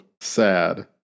sad